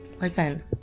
Listen